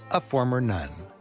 a former nun.